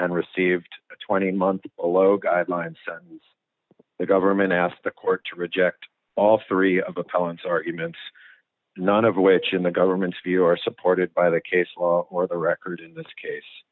and received a twenty month a low guidelines sentence the government asked the court to reject all three of appellants arguments none of which in the government's view are supported by the case law or the record in this case